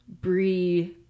Brie